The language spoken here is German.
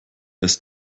ist